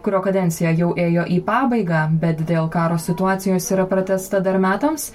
kurio kadencija jau ėjo į pabaigą bet dėl karo situacijos yra pratęsta dar metams